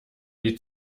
die